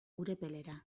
urepelera